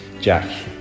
Jack